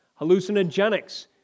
hallucinogenics